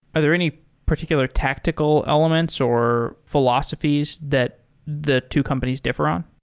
are there any particular tactical elements or philosophies that the two companies differ on?